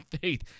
faith